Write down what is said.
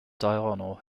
diurnal